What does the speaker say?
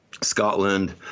scotland